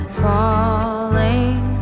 falling